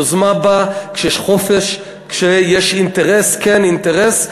יוזמה באה כשיש חופש, כשיש אינטרס, כן, אינטרס.